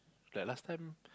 like last time